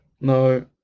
No